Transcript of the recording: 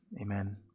amen